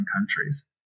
countries